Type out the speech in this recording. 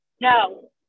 No